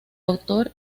autor